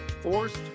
forced